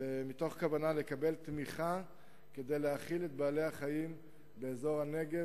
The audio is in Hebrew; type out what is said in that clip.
מתוך כוונה לקבל תמיכה כדי להאכיל את בעלי-החיים באזור הנגב,